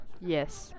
Yes